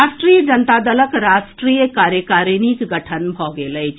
राष्ट्रीय जनता दलक राष्ट्रीय कार्यकारिणीक गठन भऽ गेल अछि